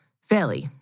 fairly